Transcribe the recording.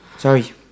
sorry